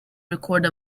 record